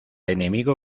enemigo